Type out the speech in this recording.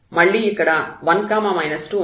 మళ్ళీ ఇక్కడ 1 2 ఉంది